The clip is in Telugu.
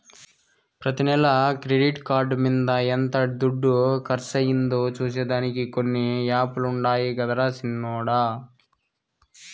ప్రతి నెల క్రెడిట్ కార్డు మింద ఎంత దుడ్డు కర్సయిందో సూసే దానికి కొన్ని యాపులుండాయి గదరా సిన్నోడ